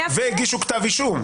והגישו כתב אישום.